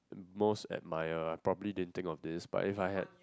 most admire I probably didn't think of this but if I had